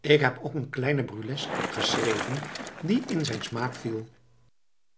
ik heb ook een kleine burlesque geschreven die in zijn smaak viel